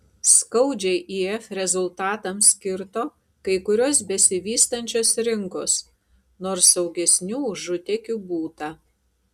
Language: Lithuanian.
skaudžiai if rezultatams kirto kai kurios besivystančios rinkos nors saugesnių užutėkių būta